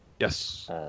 Yes